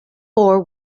four